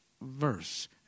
verse